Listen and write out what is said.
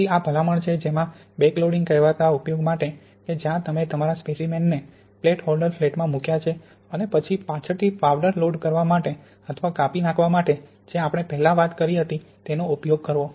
તેથી આ ભલામણ છે તેમાં બેકલોડિંગ કહેવાતા ઉપયોગ માટે કે જ્યાં તમે તમારા સ્પેસીમેનને પ્લેટ હોલ્ડર ફ્લેટમાં મૂક્યા છે અને પછી પાછળથી પાવડર લોડ કરવા માટે અથવા કાપી નાંખવા માટે જે આપણે પહેલા વાત કરી હતી તેનો ઉપયોગ કરવો